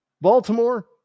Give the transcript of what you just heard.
Baltimore